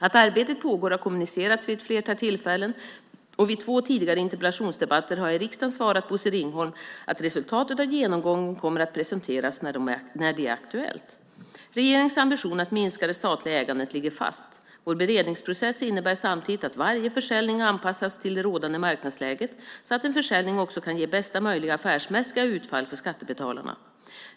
Att arbetet pågår har kommunicerats vid ett flertal tillfällen, och vid två tidigare interpellationsdebatter har jag i riksdagen svarat Bosse Ringholm att resultatet av genomgången kommer att presenteras när det är aktuellt. Regeringens ambition att minska det statliga ägandet ligger fast. Vår beredningsprocess innebär samtidigt att varje försäljning anpassas till det rådande marknadsläget så att en försäljning också kan ge bästa möjliga affärsmässiga utfall för skattebetalarna.